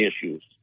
issues